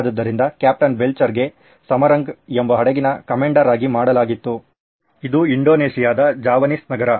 ಆದ್ದರಿಂದ ಕ್ಯಾಪ್ಟನ್ ಬೆಲ್ಚರ್ಗೆ ಸಮರಂಗ್ ಎಂಬ ಹಡಗಿನ ಕಮೆಂಡರ್ ಆಗಿ ಮಾಡಲಾಗಿತ್ತು ಇದು ಇಂಡೋನೇಷ್ಯಾದ ಜಾವಾನೀಸ್ ನಗರ